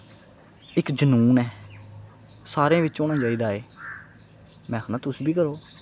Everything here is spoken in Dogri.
इक जनून ऐ सारे बिच्च होना चाहिदा एह् में आक्खना तुस बी करो